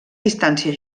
distància